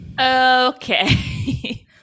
okay